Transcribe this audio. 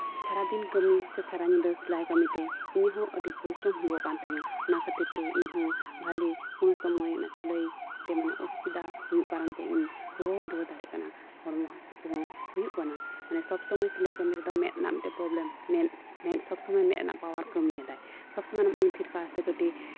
ᱥᱟᱨᱟ ᱫᱤᱱ ᱠᱟᱹᱢᱤ ᱥᱮ ᱥᱟᱨᱟ ᱧᱤᱫᱟᱹ ᱥᱤᱞᱟᱭ ᱠᱟᱹᱢᱤᱛᱮ ᱤᱧᱦᱚᱸ ᱟᱹᱰᱤ ᱯᱚᱨᱤᱥᱨᱚᱢ ᱦᱩᱭᱩᱜ ᱠᱟᱱ ᱛᱤᱧᱟᱹ ᱚᱱᱟ ᱠᱷᱟᱹᱛᱤᱨᱛᱮ ᱤᱧᱦᱚᱸ ᱵᱷᱟᱹᱞᱤ ᱩᱱ ᱥᱚᱢᱚᱭ ᱚᱱᱟ ᱥᱤᱞᱟᱹᱭᱛᱮ ᱢᱟᱱᱮ ᱚᱥᱩᱵᱤᱫᱫᱟ ᱦᱩᱭᱩᱜ ᱠᱟᱨᱚᱱᱛᱮ ᱤᱧ ᱨᱩᱣᱟᱹ ᱦᱚᱸᱧ ᱨᱩᱣᱟᱹ ᱫᱟᱲᱮᱜ ᱠᱟᱱᱟ ᱦᱚᱲᱢᱚ ᱦᱟᱹᱥᱩ ᱠᱚᱦᱚᱸ ᱦᱩᱭᱩᱜ ᱠᱟᱱᱟ ᱢᱟᱱᱮ ᱥᱚᱵᱥᱚᱢᱚᱭ ᱥᱤᱞᱟᱹᱭ ᱠᱟᱹᱢᱤ ᱨᱮᱫᱚ ᱢᱮᱸᱫ ᱨᱮᱱᱟᱜ ᱢᱤᱫᱴᱟᱱ ᱯᱨᱳᱵᱞᱮᱢ ᱢᱮᱫ ᱢᱮᱫ ᱥᱚᱵᱥᱚᱢᱚᱭ ᱢᱮᱫ ᱨᱮᱱᱟᱜ ᱯᱟᱣᱟᱨ ᱠᱟᱹᱢᱤᱭᱮᱫᱟᱭ ᱥᱚᱵᱥᱚᱢᱚᱭ ᱩᱭᱩᱝ ᱛᱷᱤᱨ ᱠᱟᱜᱼᱟ ᱥᱮ ᱠᱟᱹᱴᱤᱡ